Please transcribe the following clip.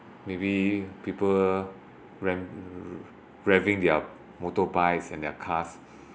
maybe people rev~ revving their motorbikes and their cars